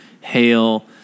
hail